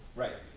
right.